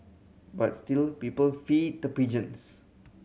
but still people feed the pigeons